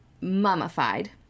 mummified